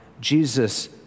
Jesus